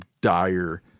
dire